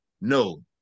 no